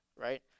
right